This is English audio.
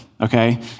okay